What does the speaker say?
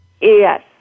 Yes